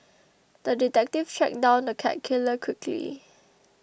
the detective tracked down the cat killer quickly